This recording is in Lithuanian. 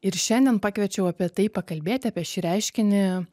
ir šiandien pakviečiau apie tai pakalbėti apie šį reiškinį